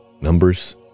Numbers